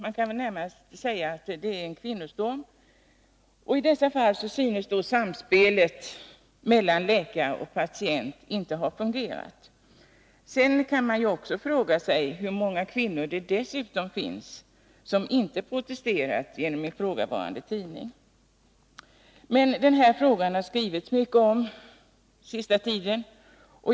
Man kan väl närmast säga att det är en kvinnostorm. I dessa fall synes samspelet mellan läkare och patient inte ha fungerat. Sedan kan man ju fråga sig hur många kvinnor därutöver som inte protesterat genom ifrågavarande tidning. Den här frågan har det skrivits mycket om den senaste tiden.